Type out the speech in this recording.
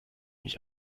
mich